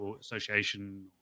Association